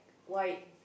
white